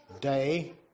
day